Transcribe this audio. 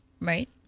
Right